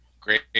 Great